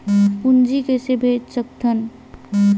पूंजी कइसे भेज सकत हन?